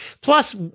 Plus